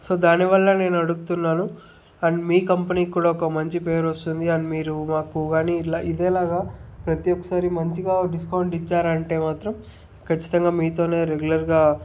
so దాని వల్ల నేను అడుగుతున్నాను అండ్ మీ కంపెనీకి కూడా ఒక మంచి పేరు వస్తుంది అండ్ మీరు మాకు కానీ ఇలా ఇదేలాగా ప్రతి ఒక్కసారి మంచిగా డిస్కౌంట్ ఇచ్చారంటే మాత్రం ఖచ్చితంగా మీతోనే రెగ్యులర్గా